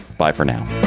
bye for now